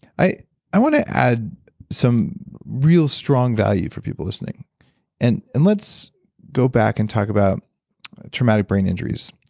i i want to add some real strong value for people listening and and let's go back and talk about traumatic brain injuries.